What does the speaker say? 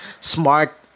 smart